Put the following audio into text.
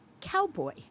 Cowboy